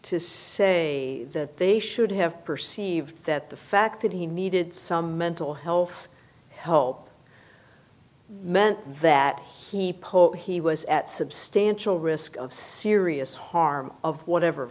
to say that they should have perceived that the fact that he needed some mental health help meant that he poked he was at substantial risk of serious harm of whatever